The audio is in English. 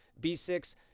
b6